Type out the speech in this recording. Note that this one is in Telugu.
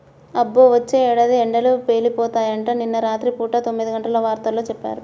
అబ్బో, వచ్చే ఏడాది ఎండలు పేలిపోతాయంట, నిన్న రాత్రి పూట తొమ్మిదిగంటల వార్తల్లో చెప్పారు